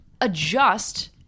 adjust